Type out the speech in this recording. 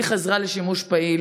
היא חזרה לשימוש פעיל